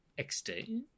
XD